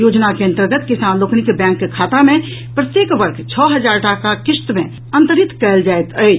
योजना के अंतर्गत किसान लोकनिक बैंक खाता मे प्रत्येक वर्ष छओ हजार टाका किश्त मे अंतरित कयल जायत अछि